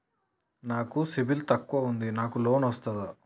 నాకు సిబిల్ తక్కువ ఉంది నాకు లోన్ వస్తుందా?